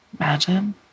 Imagine